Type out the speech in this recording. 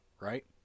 Right